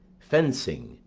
fencing,